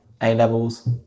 A-levels